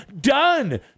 done